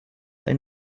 ein